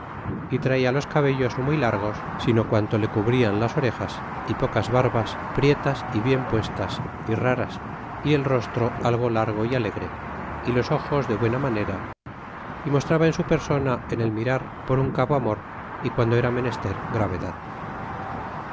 y traía los cabellos no muy largos sino quanto le cubrian las orejas é pocas barbas prietas y bien puestas e raras y el rostro algo largo é alegre é los ojos de buena manera mostraba en su persona en el mirar por un cabo amor é piando era menester gravedad